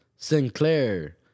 Sinclair